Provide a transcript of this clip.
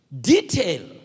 detail